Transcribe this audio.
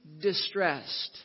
distressed